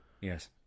Yes